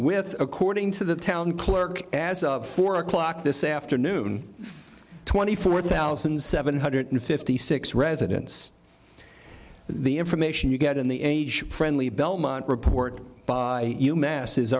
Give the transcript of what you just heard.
with according to the town clerk as of four o'clock this afternoon twenty four thousand seven hundred and fifty six residents the information you get in the age friendly belmont report